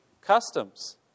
customs